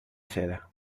seda